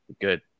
good